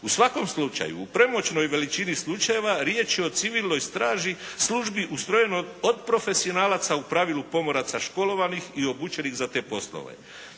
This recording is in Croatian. U svakom slučaju u premoćnoj veličini slučajeva, riječ je o civilnoj straži, službi ustrojenoj od profesionalaca u pravilu pomoraca školovanih i obučenih za te poslove.